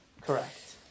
Correct